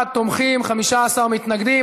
49 תומכים, 15 מתנגדים.